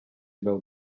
fel